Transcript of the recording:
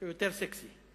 שהוא יותר סקסי,